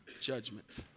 judgment